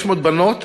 500 בנות,